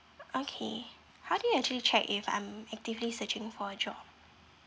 okay how do you actually check if I am actively searching for sure